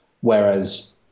whereas